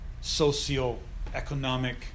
socio-economic